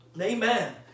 Amen